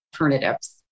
alternatives